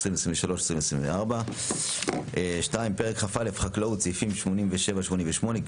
על סדר-היום: פרק ח' ייבוא